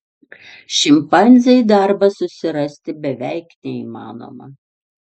šimpanzei darbą susirasti beveik neįmanoma